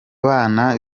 bana